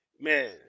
Man